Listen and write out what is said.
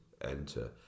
enter